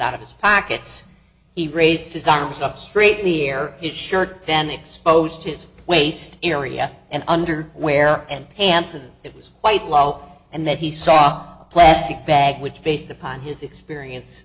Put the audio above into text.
out of his pockets he raised his arms up straight near his shirt then exposed his waist area and under where and hansen it was quite low and then he saw a plastic bag which based upon his experience